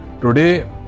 Today